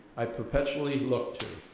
i perpetually look to.